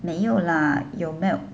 有 milk lah 有 milk